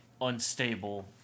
unstable